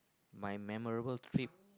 my memorable trip